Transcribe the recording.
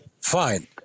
fine